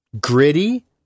gritty